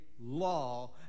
law